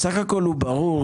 הסך הכל הוא ברור,